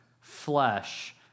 flesh